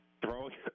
Throwing